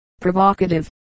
provocative